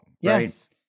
Yes